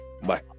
Bye